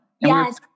Yes